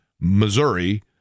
Missouri